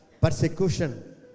Persecution